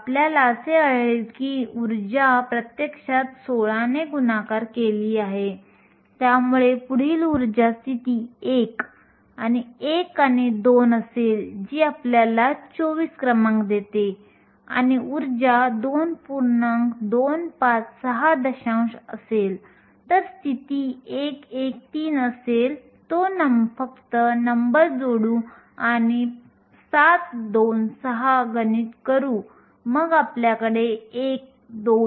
आपल्याला आढळले की इलेक्ट्रॉन प्रत्यक्षात बराच अंतर प्रवाह करतो ती दुसरी टक्कर होण्याआधी आणि नंतर विखुरण्यासाठी तो जवळजवळ 40 युनिट सेल्सचा प्रवाह करतो